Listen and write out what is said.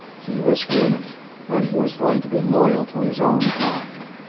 he was human and he was going to be loyal to his own kind.